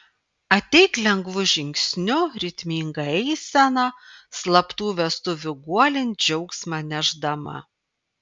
ateik lengvu žingsniu ritminga eisena slaptų vestuvių guolin džiaugsmą nešdama